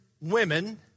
women